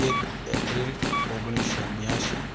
એક એપ્રિલ ઓગણીસસો બ્યાંશી